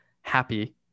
happy